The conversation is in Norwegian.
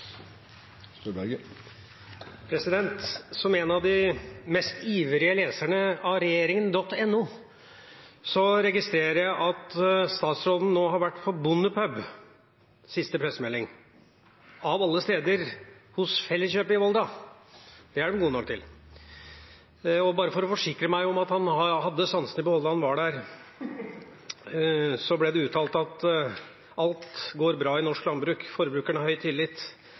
replikkordskifte. Som en av de mest ivrige leserne av regjeringen.no registrerer jeg at statsråden nå har vært på bondepub – ut fra siste pressemelding av alle steder hos Felleskjøpet i Volda. Det er de gode nok til. Og bare for å forsikre meg om at han hadde sansene i behold da han var der: Det ble uttalt at alt går bra i norsk landbruk, forbrukerne har høy tillit,